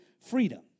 freedom